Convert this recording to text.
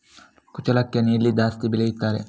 ಕುಚ್ಚಲಕ್ಕಿಯನ್ನು ಎಲ್ಲಿ ಜಾಸ್ತಿ ಬೆಳೆಸುತ್ತಾರೆ?